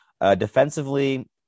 Defensively